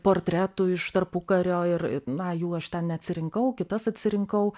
portretų iš tarpukario ir na jų aš ten neatsirinkau kitas atsirinkau